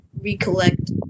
recollect